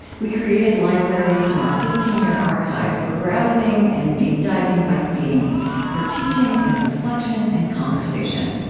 we created libraries from our fifteen year archive for browsing and deep diving by theme for teaching and reflection and conversation.